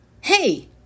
Hey